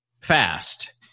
fast